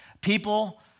People